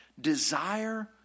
desire